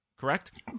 correct